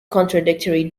contradictory